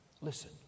Listen